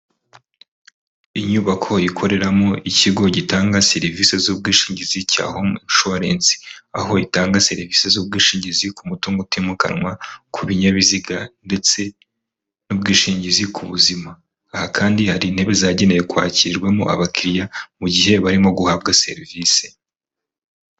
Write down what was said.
Inyubako ikoreramo ikigo gitanga serivisi z'ubwishingizi cya home inshuwarensi aho itanga serivisi z'ubwishingizi ku mutungo utimukanwa, ku binyabiziga ndetse n'ubwishingizi ku buzima. Aha kandi hari intebe zagenewe kwakirwamo abakiriya mu gihe barimo guhabwa serivisi.